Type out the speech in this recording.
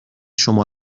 شما